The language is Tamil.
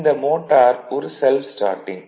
இந்த மோட்டார் ஒரு செல்ஃப் ஸ்டார்ட்டிங்